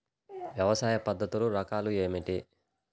వ్యవసాయ పద్ధతులు రకాలు ఏమిటి?